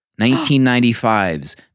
1995's